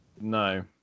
No